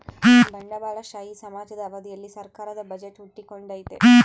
ಬಂಡವಾಳಶಾಹಿ ಸಮಾಜದ ಅವಧಿಯಲ್ಲಿ ಸರ್ಕಾರದ ಬಜೆಟ್ ಹುಟ್ಟಿಕೊಂಡೈತೆ